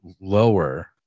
lower